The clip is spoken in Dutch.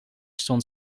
stond